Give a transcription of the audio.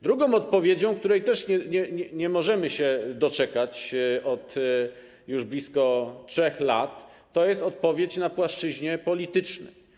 Drugą odpowiedzią, której też nie możemy się doczekać już od blisko 3 lat, jest odpowiedź na płaszczyźnie politycznej.